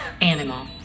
Animal